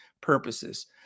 purposes